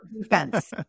defense